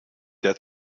der